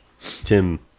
Tim